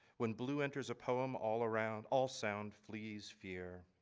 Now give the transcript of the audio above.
when blue enters a poem all around all sound fleas fear,